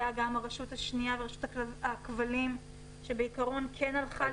הייתה גם הרשות השנייה ורשות הכבלים שבעיקרון כן הלכה לקראתנו.